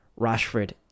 Rashford